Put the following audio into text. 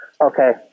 Okay